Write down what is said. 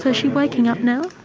ah she waking up now?